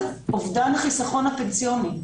אובדן החיסכון הפנסיוני,